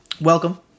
Welcome